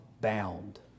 bound